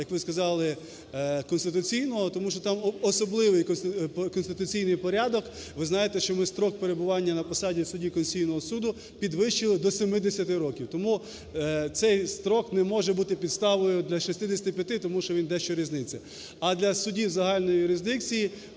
як ви сказали, Конституційного. Тому що там особливий конституційний порядок. Ви знаєте, що ми строк перебування на посаді судді Конституційного Суду підвищили до 70 років. Тому цей строк не може бути підставою для 65-и, тому що він дещо різниться. А для судів загальної юрисдикції